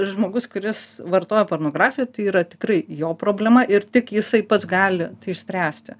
žmogus kuris vartoja pornografiją tai yra tikrai jo problema ir tik jisai pats gali tai išspręsti